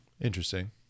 Interesting